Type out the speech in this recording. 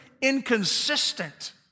inconsistent